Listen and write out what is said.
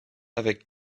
avec